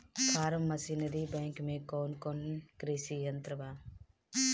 Form machinery bank में कौन कौन कृषि यंत्र बा?